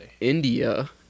India